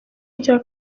rya